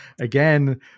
again